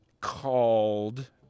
called